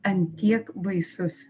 ant tiek baisus